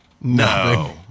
no